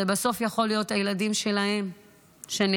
בסוף זה יכול להיות הילדים שלהם שנחטפים.